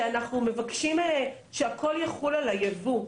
שאנחנו מבקשים שהכול יחול על הייבוא.